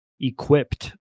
equipped